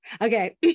Okay